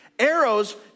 Arrows